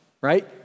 right